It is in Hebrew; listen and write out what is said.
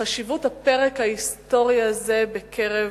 הזה בקרב